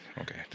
okay